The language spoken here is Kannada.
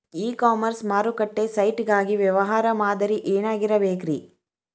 ಇ ಕಾಮರ್ಸ್ ಮಾರುಕಟ್ಟೆ ಸೈಟ್ ಗಾಗಿ ವ್ಯವಹಾರ ಮಾದರಿ ಏನಾಗಿರಬೇಕ್ರಿ?